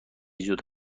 زود